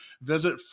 Visit